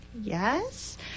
Yes